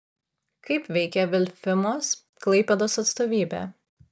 kaip veikia vilfimos klaipėdos atstovybė